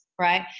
right